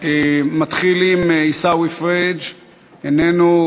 מתחילים: עיסאווי פריג' איננו,